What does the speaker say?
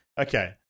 okay